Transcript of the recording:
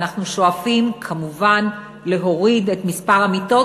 אנחנו שואפים כמובן להוריד את מספר המיתות,